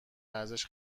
ارزش